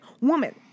woman